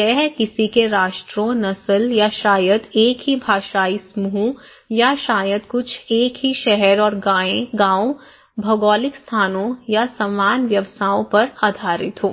यह किसी के राष्ट्रों नस्ल या शायद एक ही भाषाई समूह या शायद कुछ एक ही शहर और गांव भौगोलिक स्थानों या समान व्यवसायों पर आधारित हो